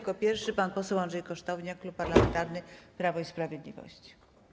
Jako pierwszy pan poseł Andrzej Kosztowniak, Klub Parlamentarny Prawo i Sprawiedliwość.